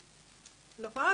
אני אומר,